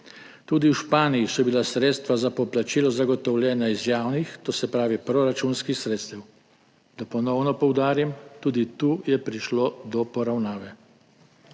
Tudi v Španiji so bila sredstva za poplačilo zagotovljena iz javnih, to se pravi proračunskih sredstev. Da ponovno poudarim, tudi tu je prišlo do poravnave.